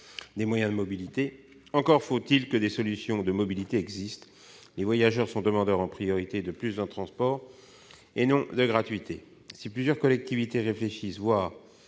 des moyens de mobilité, encore faut-il que des solutions de mobilité existent ! Les voyageurs sont demandeurs, en priorité, de plus de transports, et non de gratuité. Si plusieurs collectivités territoriales